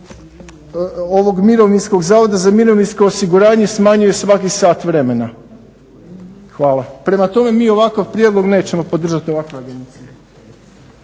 ovog Zavoda za mirovinsko osiguranje smanjuje svakih sat vremena. Hvala. Prema tome, mi ovakav prijedlog nećemo podržati o ovakvoj agenciji.